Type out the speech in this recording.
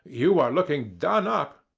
you are looking done-up.